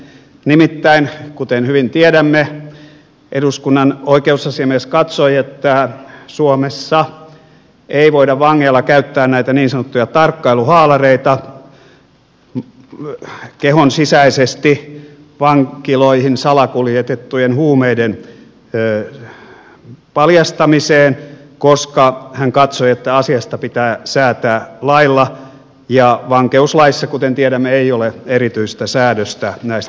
nimittäin kuten hyvin tiedämme eduskunnan oikeusasiamies katsoi että suomessa ei voida vangeilla käyttää näitä niin sanottuja tarkkailuhaalareita kehonsisäisesti vankiloihin salakuljetettujen huumeiden paljastamiseen koska hän katsoi että asiasta pitää säätää lailla ja vankeuslaissa kuten tiedämme ei ole erityistä säädöstä näistä tarkkailuhaalareista